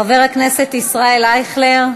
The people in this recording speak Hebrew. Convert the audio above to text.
חבר הכנסת ישראל אייכלר.